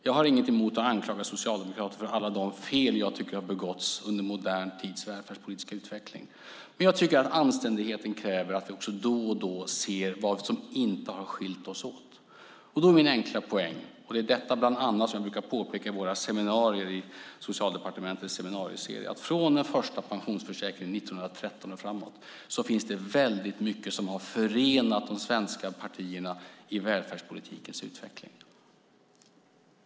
Jag har ingenting emot att anklaga socialdemokrater för alla de fel jag tycker har begåtts under modern tids välfärdspolitiska utveckling. Men jag tycker att anständigheten kräver att vi då och då ser vad som inte har skilt oss åt. Något som jag brukar påpeka på våra seminarier i Socialdepartementets seminarieserie är att det från den första pensionsförsäkringen 1913 och framåt finns mycket som har förenat de svenska partierna i välfärdspolitikens utveckling.